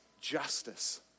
justice